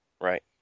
Right